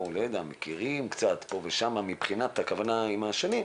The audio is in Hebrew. מכל החברים.